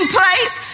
place